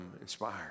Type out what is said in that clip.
inspired